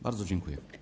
Bardzo dziękuję.